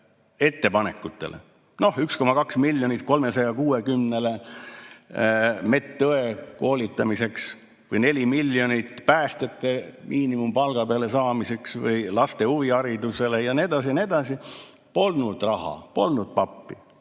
ettepanekutele: 1,2 miljonilt 360 medõe koolitamiseks või 4 miljonit päästjate miinimumpalga peale saamiseks või laste huviharidusele ja nii edasi. Polnud raha, polnud pappi.